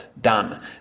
done